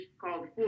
called